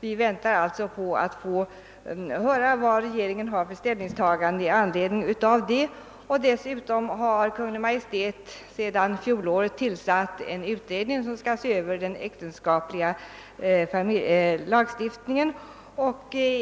Vi avvaktar alltså regeringens ställningstagande. Dessutom har Kungl. Maj:t under fjolåret tillsatt en utredning som skall se över äktenskapslagstiftningen.